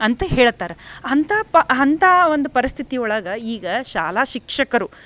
ಅಂತ ಹೇಳ್ತಾರೆ ಅಂತ ಪ್ ಅಂಥ ಒಂದು ಪರಿಸ್ಥಿತಿ ಒಳಗೆ ಈಗ ಶಾಲಾ ಶಿಕ್ಷಕರು